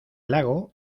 lago